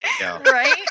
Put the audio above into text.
Right